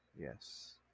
Yes